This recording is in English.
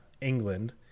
England